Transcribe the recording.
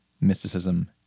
mysticism